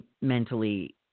mentally